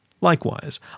Likewise